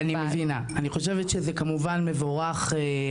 הפתיחה כמובן מבורכת.